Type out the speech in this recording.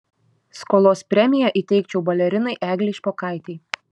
skolos premiją įteikčiau balerinai eglei špokaitei